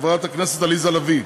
חברת הכנסת עליזה לביא,